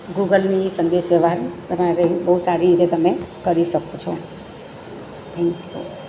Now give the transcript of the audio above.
ગુગલથી સંદેશા વ્યવહાર તમારે બહુ સારી રીતે તમે કરી શકો છો થેંક્યુ